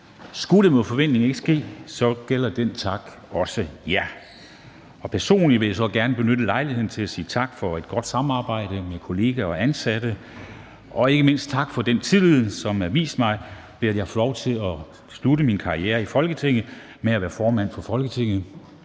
Skulle det mod forventning ikke ske, gælder denne tak også jer. Personligt vil jeg gerne benytte lejligheden til at sige tak for et godt samarbejde med kolleger og ansatte, og ikke mindst tak for den tillid, som er vist mig, ved at jeg får lov til at slutte min karriere i Folketinget med at være formand for Folketinget.